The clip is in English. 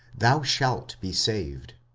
thou shalt be saved.